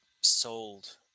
sold